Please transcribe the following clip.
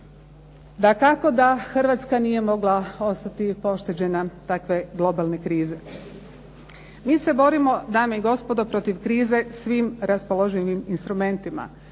Dakako da Hrvatska nije mogla ostati pošteđena takve globalne krize. Mi se borimo dame i gospodo protiv krize svim raspoloživim instrumentima.